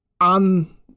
on